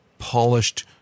Polished